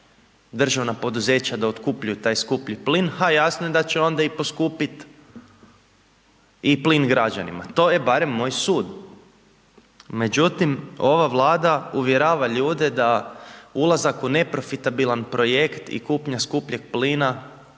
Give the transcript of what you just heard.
državna poduzeća da otkupljuju taj skuplji plin, ha jasno je da će onda i poskupiti i plin građanima. To je barem moj sud. Međutim, ova Vlada uvjerava ljude da ulazak u neprofitabilan projekt i kupnja skupljeg plina